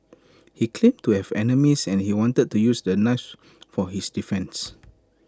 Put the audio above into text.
he claimed to have enemies and he wanted to use the knives for his defence